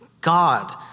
God